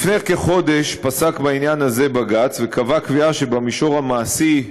לפני כחודש פסק בעניין הזה בג"ץ וקבע קביעה שבמישור המעשי,